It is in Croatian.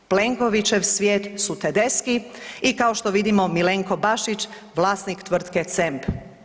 Plenkovićev svijet su Tedeschi i kao što vidimo Miljenko Bašić vlasnik tvrtke CEMP.